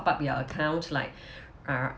up your account like uh